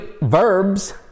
verbs